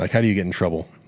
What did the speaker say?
like how do you get in trouble?